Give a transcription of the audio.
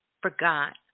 forgot